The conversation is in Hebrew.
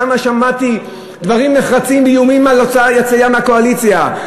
שם שמעתי דברים נחרצים ואיומים על יציאה מהקואליציה.